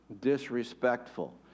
disrespectful